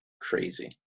crazy